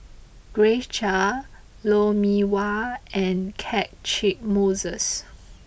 Grace Chia Lou Mee Wah and Catchick Moses